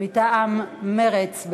מטעם מרצ.